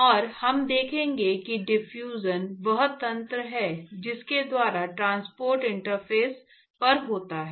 और हम देखेंगे कि डिफ्यूजन वह तंत्र क्यों है जिसके द्वारा ट्रांसपोर्ट इंटरफ़ेस पर होता है